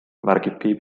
märgib